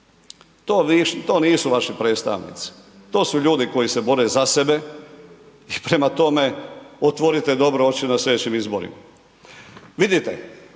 To nisu vaši predstavnici, to su ljudi koji se bore za sebe i prema tome, otvorite dobro oči na sljedećim izborima. Vidite